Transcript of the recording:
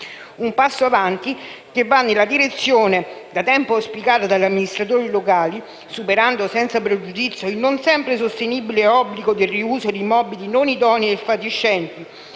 Un passo avanti che va nella direzione da tempo auspicata dagli amministratori locali, superando, senza pregiudizio, il non sempre sostenibile obbligo del riuso di immobili non idonei e fatiscenti,